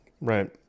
right